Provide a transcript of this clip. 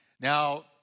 Now